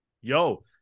Yo